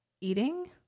eating